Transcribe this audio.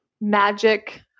magic